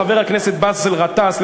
חבר הכנסת גטאס,